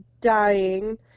dying